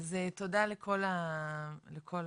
אז תודה לכל המשתתפים,